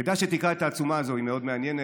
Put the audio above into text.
כדאי שתקרא את העצומה הזאת, היא מאוד מעניינת.